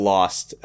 Lost